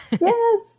Yes